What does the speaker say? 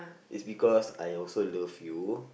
is because I also love you